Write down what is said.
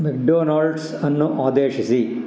ಮೆಕ್ಡೊನಾಲ್ಡ್ಸನ್ನು ಆದೇಶಿಸಿ